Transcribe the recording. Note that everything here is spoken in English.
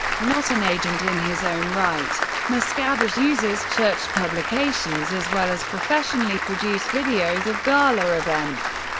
not an agent in his own right. miscavige uses church publications as well as professionally produced videos of gala events,